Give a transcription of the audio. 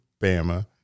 Bama